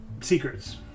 Secrets